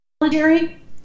military